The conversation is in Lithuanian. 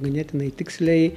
ganėtinai tiksliai